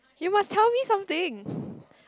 you must tell me something